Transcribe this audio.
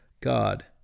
God